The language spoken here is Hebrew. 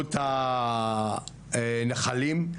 רשות הנחלים,